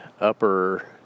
upper